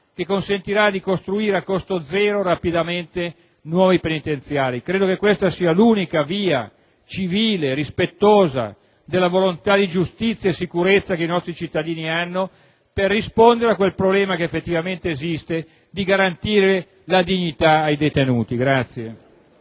che consentirà di costruire a costo zero e rapidamente nuovi penitenziari. Credo che questa sia l'unica via civile, rispettosa della volontà di giustizia e sicurezza dei nostri cittadini, per rispondere al problema effettivamente esistente di garantire la dignità ai detenuti.